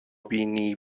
بینی